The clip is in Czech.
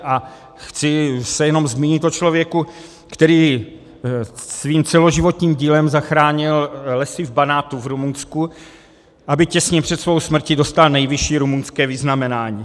A chci se jenom zmínit o člověku, který svým celoživotním dílem zachránil lesy v Banátu v Rumunsku, aby těsně před svou smrtí dostal nejvyšší rumunské vyznamenání.